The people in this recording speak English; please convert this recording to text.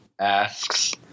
asks